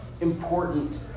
important